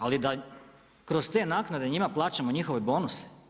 Ali da kroz te naknade njima plaćamo njihove bonuse.